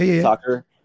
soccer